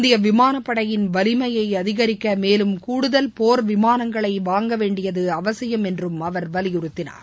இந்திய விமானப்படையின் வலிமையை அதிகரிக்க மேலும் கூடுதல் விமானங்களை வாங்கவேண்டியது அவசியம் என்று அவர் போர் வலியுறுத்தினார்